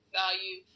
value